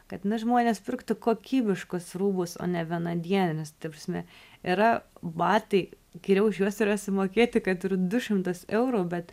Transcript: kad na žmonės pirktų kokybiškus rūbus o ne vienadienius ta prasme yra batai geriau už juos yra sumokėti kad ir du šimtus eurų bet